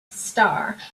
star